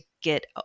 get